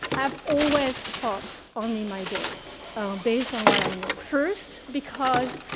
i've always fought only my girls based on what i know. first, because